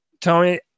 Tony